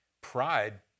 Pride